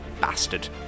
bastard